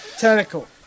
tentacle